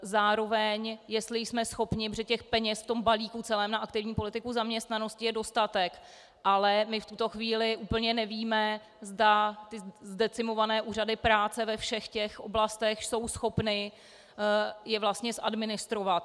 Zároveň jestli jsme schopni protože peněz v tom celém balíku na aktivní politiku zaměstnanosti je dostatek, ale my v tuto chvíli úplně nevíme, zda ty zdecimované úřady práce ve všech těch oblastech jsou schopny je vlastně zadministrovat.